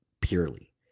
purely